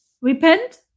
repent